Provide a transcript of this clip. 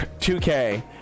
2K